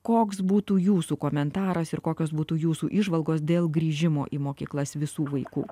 koks būtų jūsų komentaras ir kokios būtų jūsų įžvalgos dėl grįžimo į mokyklas visų vaikų